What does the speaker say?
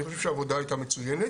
אני חושב שהעבודה הייתה מצוינת.